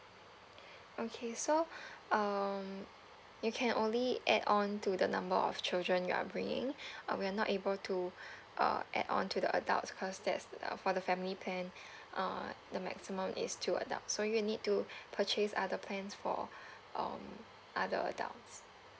okay so um you can only add on to the number of children you are bringing uh we are not able to uh add on to the adults cause that's uh for the family plan uh the maximum is two adults so you need to purchase other plans for um other adults